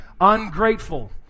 ungrateful